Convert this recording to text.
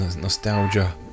nostalgia